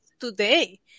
today